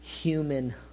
human